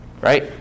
Right